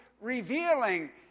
revealing